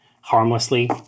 harmlessly